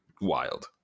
wild